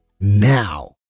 now